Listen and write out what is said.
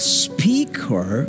speaker